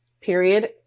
period